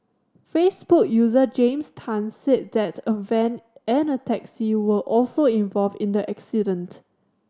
Facebook user James Tan said that a van and a taxi were also involved in the accident